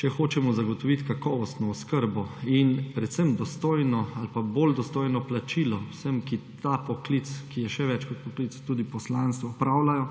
če hočemo zagotoviti kakovostno oskrbo in predvsem dostojno ali pa bolj dostojno plačilo vsem, ki ta poklic – ki je še več kot poklic, tudi poslanstvo –, opravljajo,